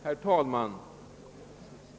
Herr talman!